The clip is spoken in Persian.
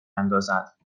اندازد